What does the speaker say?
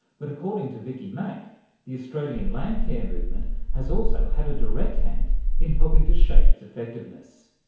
but according to vicky mack the australian landcare movement has also had a direct hand in helping to shape its effectiveness.